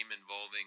involving